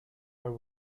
are